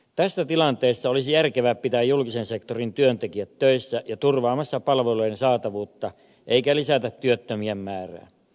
tässä tilanteessa olisi järkevä pitää julkisen sektorin työntekijät töissä ja turvaamassa palvelujen saatavuutta eikä lisätä työttömien määrää